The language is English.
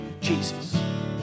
Jesus